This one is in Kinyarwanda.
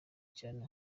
cyane